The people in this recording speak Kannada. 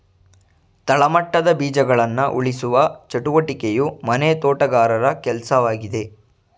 ತಳಮಟ್ಟದ ಬೀಜಗಳನ್ನ ಉಳಿಸುವ ಚಟುವಟಿಕೆಯು ಮನೆ ತೋಟಗಾರರ ಕೆಲ್ಸವಾಗಿದೆ